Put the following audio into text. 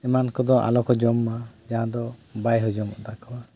ᱮᱢᱟᱱ ᱠᱚᱫᱚ ᱟᱞᱚᱠᱚ ᱡᱚᱢᱢᱟ ᱡᱟᱦᱟᱸ ᱫᱚ ᱵᱟᱭ ᱦᱚᱡᱚᱢᱚᱜ ᱛᱟᱠᱚᱣᱟ